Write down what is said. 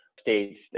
states